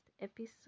episode